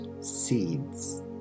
seeds